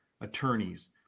attorneys